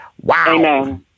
Wow